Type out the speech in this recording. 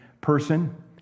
person